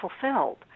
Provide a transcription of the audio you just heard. fulfilled